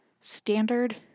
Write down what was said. standard